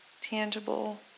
tangible